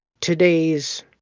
today's